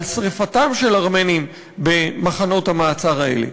על שרפתם של ארמנים במחנות המעצר האלה.